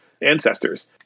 ancestors